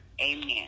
Amen